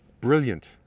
Brilliant